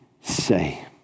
say